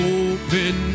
open